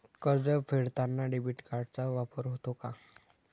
कर्ज फेडताना डेबिट कार्डचा वापर होतो का?